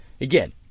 Again